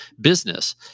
business